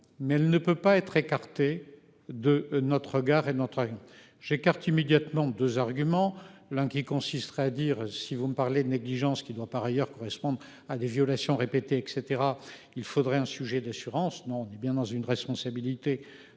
mais elle ne peut pas être écarté de notre regard et notre. J'ai quartier immédiatement 2 arguments l'qui consisterait à dire, si vous me parlez de négligences qui doit par ailleurs correspondent à des violations répétées et caetera, il faudrait un sujet d'assurance non on est bien dans une responsabilité